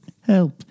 Help